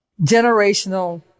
generational